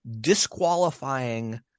disqualifying